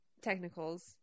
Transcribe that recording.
technicals